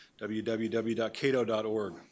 www.cato.org